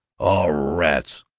oh, rats,